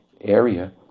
area